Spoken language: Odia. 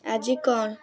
ଆଜି କ'ଣ